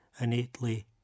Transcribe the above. innately